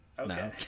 Okay